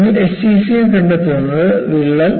നിങ്ങൾ എസ്സിസിയിൽ കണ്ടെത്തുന്നത് വിള്ളൽ